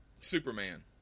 Superman